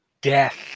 death